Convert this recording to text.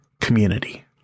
community